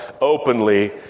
openly